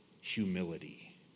humility